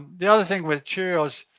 the other thing with cheerios,